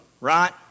right